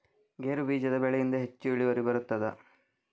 ಗೇರು ಬೀಜದ ಬೆಳೆಯಿಂದ ಹೆಚ್ಚು ಇಳುವರಿ ಬರುತ್ತದಾ?